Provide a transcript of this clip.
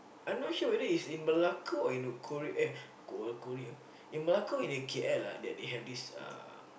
I'm not sure whether if it's in Malacca or eh Korea in Malacca or in K_L ah that they have this uh